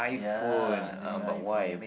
ya the new iPhone